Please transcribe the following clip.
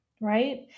right